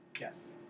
yes